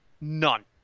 None